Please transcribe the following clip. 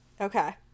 Okay